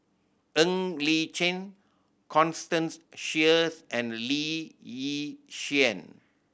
Ng Li Chin Constance Sheares and Lee Yi Shyan